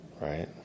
Right